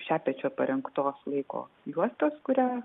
šepečio parengtos laiko juostos kurią